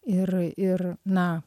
ir ir na